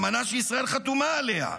אמנה שישראל חתומה עליה.